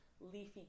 leafy